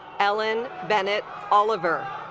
elin bennett oliver